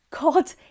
God